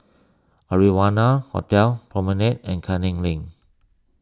Arianna Hotel Promenade and Canning Lane